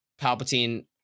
Palpatine